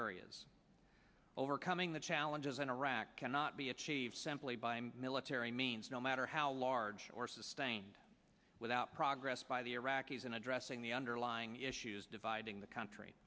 areas overcoming the challenges in iraq cannot be achieved simply by military means no matter how large or sustained without progress by the iraqis in addressing the underlying issues dividing the country